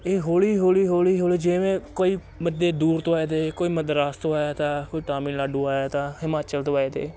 ਇਹ ਹੌਲੀ ਹੌਲੀ ਹੌਲੀ ਹੌਲੀ ਜਿਵੇਂ ਕੋਈ ਬੰਦੇ ਦੂਰ ਤੋਂ ਆਏ ਤੇ ਕੋਈ ਮਦਰਾਸ ਤੋਂ ਆਇਆ ਤਾ ਕੋਈ ਤਮਿਲਨਾਡੂ ਆਇਆ ਤਾ ਹਿਮਾਚਲ ਤੋਂ ਆਏ ਤੇ